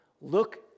Look